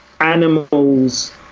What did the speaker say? animals